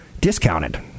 discounted